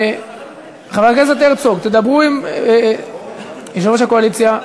חבר הכנסת הרצוג, תדברו עם יושב-ראש הקואליציה.